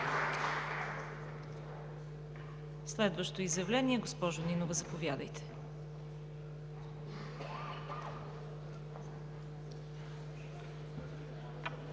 Следващо изявление – госпожо Нинова, заповядайте.